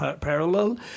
parallel